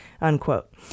Unquote